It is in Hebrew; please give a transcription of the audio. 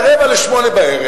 ב-19:45,